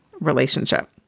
relationship